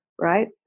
right